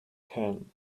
tan